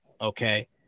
okay